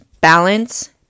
balance